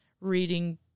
reading